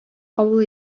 кабул